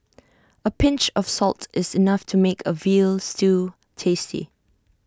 A pinch of salt is enough to make A Veal Stew tasty